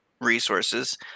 resources